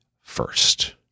first